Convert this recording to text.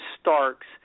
Starks